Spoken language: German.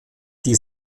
die